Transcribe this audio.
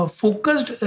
focused